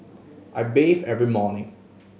I bathe every morning